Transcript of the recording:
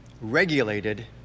regulated